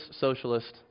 socialist